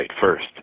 first